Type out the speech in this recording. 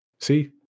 see